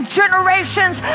generations